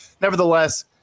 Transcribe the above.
nevertheless